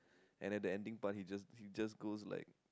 and at the ending part he just he just goes like